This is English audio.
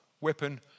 weapon